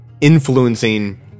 influencing